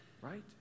Right